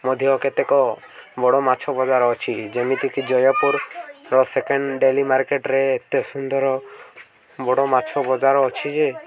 ମଧ୍ୟ କେତେକ ବଡ଼ ମାଛ ବଜାର ଅଛି ଯେମିତିକି ଜୟପୁରର ସେକେଣ୍ଡ୍ ଡେଲି ମାର୍କେଟ୍ରେ ଏତେ ସୁନ୍ଦର ବଡ଼ ମାଛ ବଜାର ଅଛି ଯେ